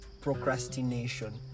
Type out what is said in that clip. Procrastination